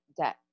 debt